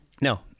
no